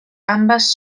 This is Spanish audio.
ambas